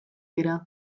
dira